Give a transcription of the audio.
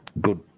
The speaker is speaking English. good